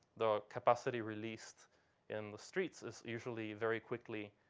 the capacity released in the streets is usually very quickly.